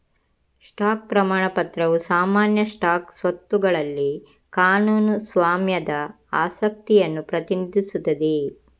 stock ಪ್ರಮಾಣ ಪತ್ರವು ಸಾಮಾನ್ಯ ಸ್ಟಾಕ್ ಸ್ವತ್ತುಗಳಲ್ಲಿ ಕಾನೂನು ಸ್ವಾಮ್ಯದ ಆಸಕ್ತಿಯನ್ನು ಪ್ರತಿನಿಧಿಸುತ್ತದೆ